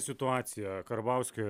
situaciją karbauskio